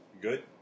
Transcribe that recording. Good